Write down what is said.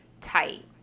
tight